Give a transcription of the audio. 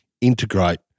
integrate